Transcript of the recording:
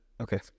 Okay